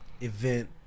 event